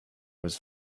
was